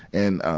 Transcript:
and, um,